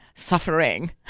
Suffering